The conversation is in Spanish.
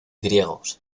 griegos